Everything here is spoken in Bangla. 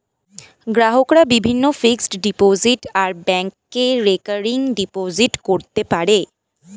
গ্রাহকরা বিভিন্ন ফিক্সড ডিপোজিট আর ব্যাংকে রেকারিং ডিপোজিট করতে পারে